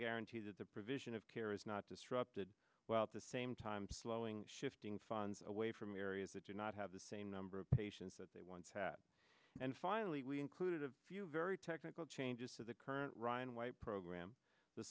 guarantee that the provision of care is not disrupted while at the same time slowing shifting funds away from areas that do not have the same number of patients that they once had and finally we included a few very technical changes to the current ryan white program the